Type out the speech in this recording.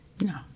No